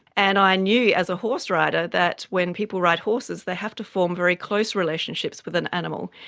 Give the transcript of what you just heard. and i knew as a horse rider that when people ride horses they have to form very close relationships with an animal.